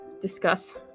discuss